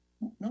no